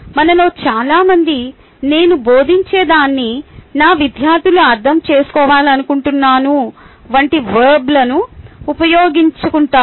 మనలో చాలామంది నేను బోధించేదాన్ని నా విద్యార్థులు అర్థం చేసుకోవాలనుకుంటున్నాను వంటి వర్బ్లను ఉపయోగించుకుంటారు